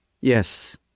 Yes